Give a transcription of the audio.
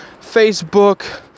Facebook